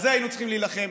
על זה היינו צריכים להילחם.